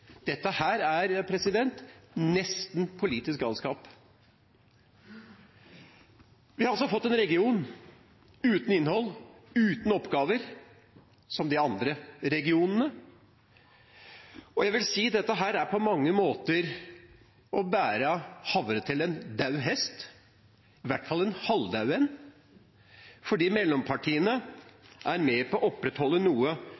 Dette er nesten politisk galskap. Vi har fått en region uten innhold og uten oppgaver, som de andre regionene. Jeg vil si at dette på mange måter er som å bære havre til en død hest, i hvert fall en halvdød en, fordi mellompartiene er med på å opprettholde noe